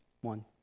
One